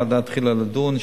הוועדה התחילה לדון,